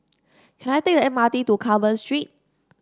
can I take the M R T to Carmen Street